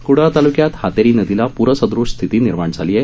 क्डाळ तालुक्यात हातेरी नदीला पूरसदृश स्थिती निर्मण झाली आहे